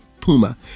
puma